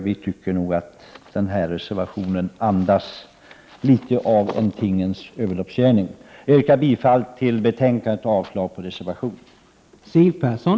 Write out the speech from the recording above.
Vi tycker nog att denna reservation är litet av en överloppsgärning. Jag yrkar bifall till hemställan i utskottets betänkande och avslag på reservationen.